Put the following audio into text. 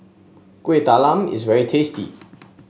Kueh Talam is very tasty